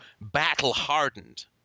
battle-hardened